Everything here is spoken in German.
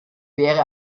wäre